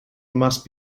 must